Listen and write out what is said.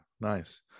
Nice